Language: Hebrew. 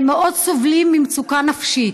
מאוד סובלים ממצוקה נפשית.